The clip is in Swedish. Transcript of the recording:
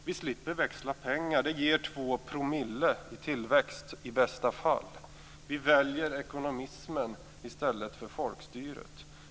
Vi slipper växla pengar. Det ger 2 % i tillväxt, i bästa fall. Vi väljer ekonomismen i stället för folkstyret.